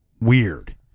weird